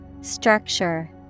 Structure